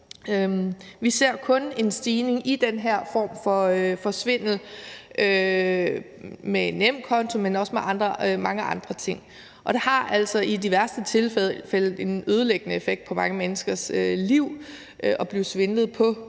Vi ser kun en stigning i den her form for svindel, ikke kun med nemkonto, men også med mange andre ting, og det har altså i de værste tilfælde en ødelæggende effekt på mange menneskers liv at blive udsat for